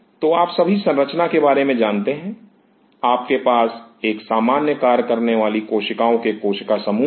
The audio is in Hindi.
तो आप सभी संरचना के बारे में जानते हैं आपके पास एक सामान्य कार्य करने वाली कोशिकाओं के कोशिका समूह हैं